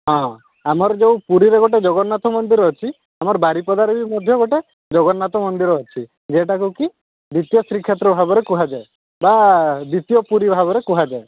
ହଁ ଆମର ଯେଉଁ ପୁରୀରେ ଗୋଟେ ଜଗନ୍ନାଥ ମନ୍ଦିର ଅଛି ଆମର ବାରିପଦାରେ ବି ମଧ୍ୟ ଗୋଟିଏ ଜଗନ୍ନାଥ ମନ୍ଦିର ଅଛି ଯେଉଁଟାକୁ କି ଦ୍ୱିତୀୟ ଶ୍ରୀକ୍ଷେତ୍ର ଭାବରେ କୁହାଯାଏ ବା ଦ୍ୱିତୀୟ ପୁରୀ ଭାବରେ କୁହାଯାଏ